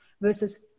versus